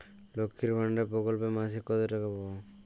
লক্ষ্মীর ভান্ডার প্রকল্পে মাসিক কত টাকা পাব?